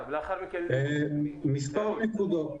מספר נקודות.